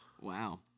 Wow